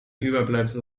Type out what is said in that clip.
überbleibsel